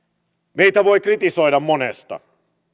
meitä voi kritisoida monesta